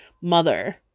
mother